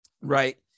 right